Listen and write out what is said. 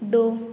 दो